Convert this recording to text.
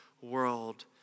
world